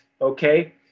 Okay